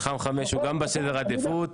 מתחם 5 הוא גם בסדר העדיפות.